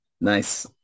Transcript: nice